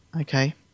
okay